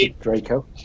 Draco